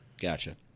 Gotcha